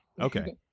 Okay